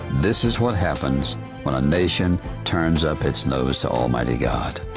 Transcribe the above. this is what happens when a nation turns up its nose to almighty god.